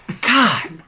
God